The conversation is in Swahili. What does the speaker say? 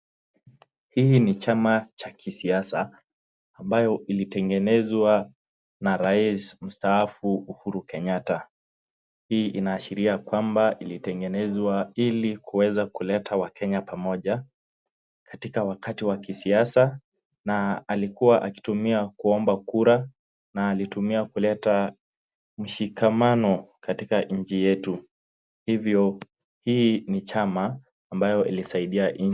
Hii ni chama cha kisiasa ambayo ilitengenezwa na rais mstaafu Uhuru Kenyatta .Hii inaashiria kwamba ilitengenezwa ili kuweza kuleta wakenya pamoja katika wakati wa kisiasa, na alikua akitumia kuomba kura, na alitumia kuleta mshikamano katika nchi yetu. Hivyo hii ni chama ambayo ilisaidia nchi.